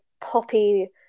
poppy